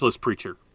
preacher